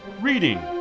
Reading